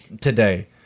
today